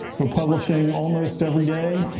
we're publishing almost every day.